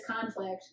conflict